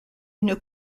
une